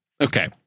Okay